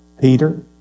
Peter